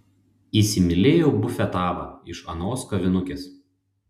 įsimylėjau bufetavą iš anos kavinukės